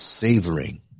savoring